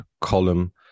column